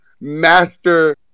master